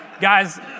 Guys